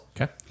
Okay